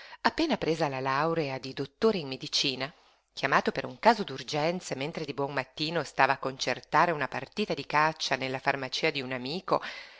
appena presa la laurea di dottore in medicina chiamato per un caso d'urgenza mentre di buon mattino stava a concertare una partita di caccia nella farmacia d'un amico